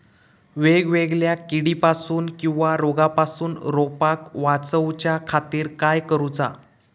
वेगवेगल्या किडीपासून किवा रोगापासून रोपाक वाचउच्या खातीर काय करूचा?